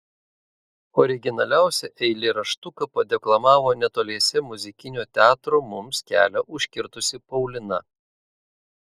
originaliausią eilėraštuką padeklamavo netoliese muzikinio teatro mums kelią užkirtusi paulina